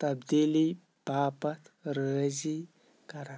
تبدیٖلی باپتھ رٲضی کران